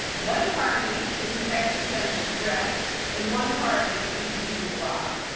one party is an existential threat and one party is deeply flawed.